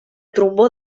trombó